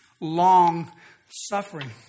long-suffering